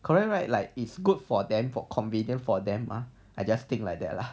correct right like it's good for them for convenient for them ah I just think like that lah